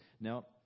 Now